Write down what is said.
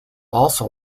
also